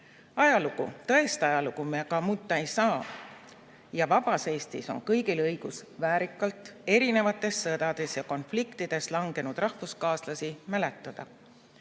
Ajalugu, tõest ajalugu me muuta ei saa. Ja vabas Eestis on kõigil õigus väärikalt erinevates sõdades ja konfliktides langenud rahvuskaaslasi mälestada,